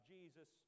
Jesus